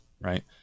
right